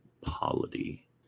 polity